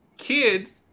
Kids